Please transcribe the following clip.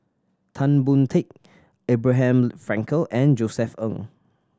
Tan Boon Teik Abraham Frankel and Josef Ng